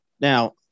Now